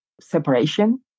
separation